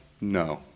No